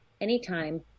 anytime